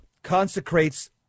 Consecrates